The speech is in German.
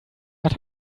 hat